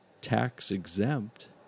tax-exempt